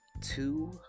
Two